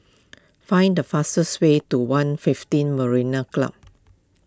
find the fastest way to one fifteen Marina Club